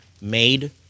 made